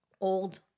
old